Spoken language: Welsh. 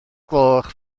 gloch